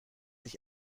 ich